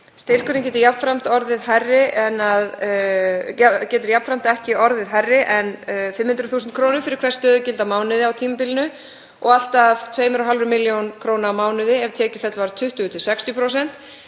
Styrkurinn getur jafnframt ekki orðið hærri en 500.000 kr. fyrir hvert stöðugildi á mánuði á tímabilinu og allt að 2,5 millj. kr. á mánuði ef tekjufall var 20–60%,